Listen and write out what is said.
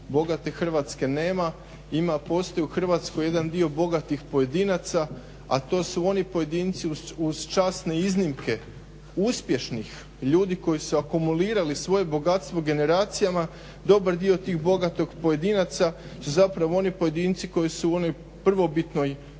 Bogate Hrvatske nema, ima postoji u Hrvatskoj jedan dio bogatih pojedinaca, a to su oni pojedinci uz časne iznimke uspješnih ljudi koji su akumulirali svoje bogatstvo generacijama. Dobar dio tih bogatih pojedinaca su zapravo oni pojedinci koji su u onoj prvobitnoj